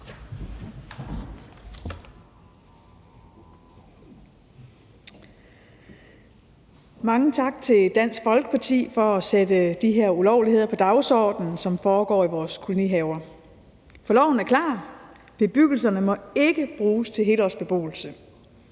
Mange tak til Dansk Folkeparti for at sætte de her ulovligheder på dagsordenen, som foregår i vores kolonihaver. For loven er klar: Bebyggelserne må ikke bruges til helårsbeboelse.